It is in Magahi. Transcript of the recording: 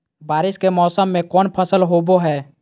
बारिस के मौसम में कौन फसल होबो हाय?